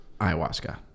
ayahuasca